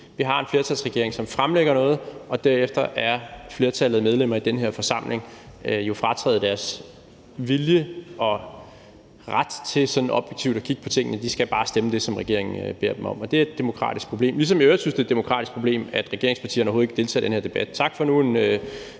vi har en flertalsregering, som fremlægger noget, hvorefter flertallet af medlemmer i den her forsamling er frataget deres vilje og ret til at kigge objektivt på tingene. De skal bare stemme det, som regeringen beder dem om. Det er et demokratisk problem, ligesom jeg i øvrigt synes, at det er et demokratisk problem, at regeringspartierne overhovedet ikke deltager i den her debat. Tak for de